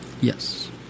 Yes